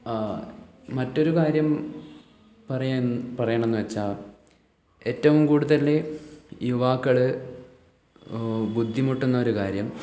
മറ്റൊരു കാര്യം പറയണം എന്ന് വച്ചാൽ ഏറ്റവും കൂടുതൽ യുവാക്കൾ ബുദ്ധിമുട്ടുന്ന ഒരു കാര്യം